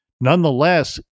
Nonetheless